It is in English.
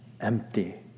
empty